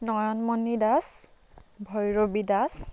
Nayanmoni Das Bhairavi Das